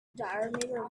diameter